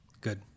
Good